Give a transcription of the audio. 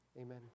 Amen